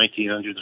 1900s